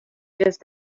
just